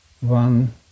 one